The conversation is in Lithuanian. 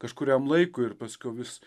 kažkuriam laikui ir paskiau vis